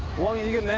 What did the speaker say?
what will you